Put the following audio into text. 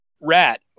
Rat